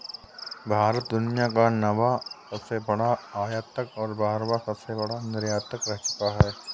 भारत दुनिया का नौवां सबसे बड़ा आयातक और बारहवां सबसे बड़ा निर्यातक रह चूका है